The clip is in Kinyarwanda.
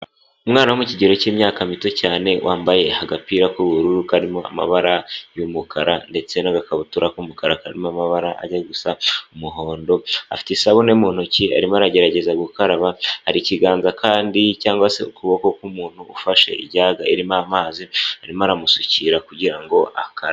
Umwana wo mu kigero cy'imyaka mito cyane wambaye agapira k'ubururu karimo amabara y'umukara ndetse n'agakabutura k'umukara karimo amabara ajya gusa umuhondo afite isabune mu ntoki arimo aragerageza gukaraba hari ikiganza kandi cyangwa se ukuboko k'umuntu ufashe ijyaga irimo amazi arimo aramusukira kugira ngo akara.